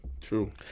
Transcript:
True